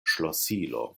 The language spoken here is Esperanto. ŝlosilo